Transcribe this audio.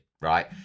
right